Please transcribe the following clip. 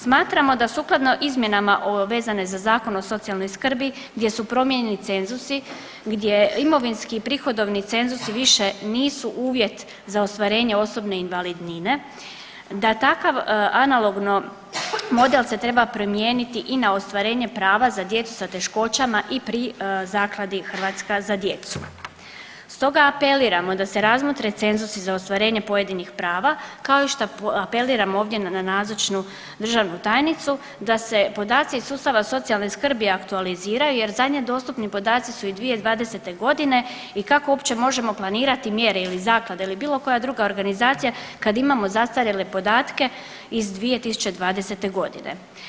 Smatramo da sukladno izmjenama vezano za Zakon o socijalnoj skrbi gdje su promijenjeni cenzusi gdje imovinski i prihodovni cenzusi više nisu uvjet za ostvarenje osobne invalidnine, da takav analogno model se treba primijeniti i na ostvarenje prava za djecu sa teškoćama i pri Zakladi „Hrvatska za djecu“ Stoga apeliramo da se razmotre cenzusi za ostvarenje pojedinih prava kao i što apeliramo ovdje na nazočnu državnu tajnicu da se podaci iz sustava socijalne skrbi aktualiziraju jer zadnje dostupni podaci su iz 2020. godine i kako uopće možemo planirati mjere ili zaklada ili bilo koja druga organizacija kad imamo zastarjele podatke iz 2020. godine.